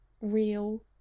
real